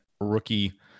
rookie